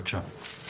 בבקשה.